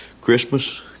Christmas